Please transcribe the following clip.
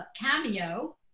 Cameo